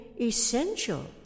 essential